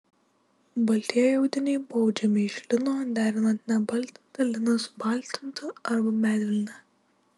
baltieji audiniai buvo audžiami iš lino derinant nebaltintą liną su baltintu arba medvilne